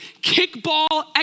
kickball